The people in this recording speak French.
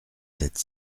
sept